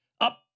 up